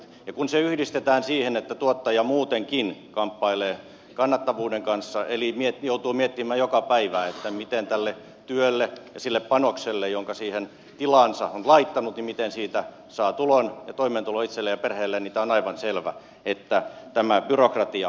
ja kun se yhdistetään siihen että tuottaja muutenkin kamppailee kannattavuuden kanssa eli joutuu miettimään joka päivä miten työstä ja siitä panoksesta jonka siihen tilaansa on laittanut saa tulon ja toimeentulon itselleen ja perheelleen niin on aivan selvää että tämä byrokratia rassaa